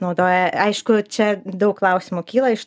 naudoja aišku čia daug klausimų kyla iš